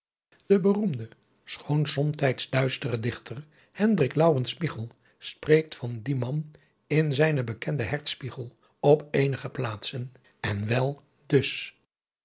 de beroemde schoon somtijds duistere dichter hendrik laurens spieghel spreekt van dien man in zijnen bekenden hertspieghel op eenige plaatsen en wel dus